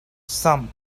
some